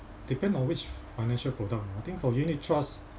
depend on which financial product ah I think for unit trust